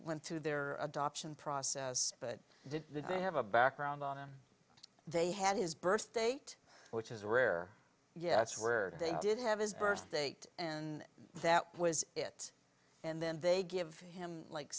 went to their adoption process but did they have a background on him they had his birth date which is where yes where they didn't have his birth date and that was it and then they give him like